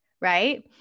right